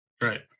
Right